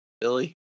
Billy